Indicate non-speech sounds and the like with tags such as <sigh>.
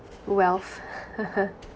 wealth <laughs>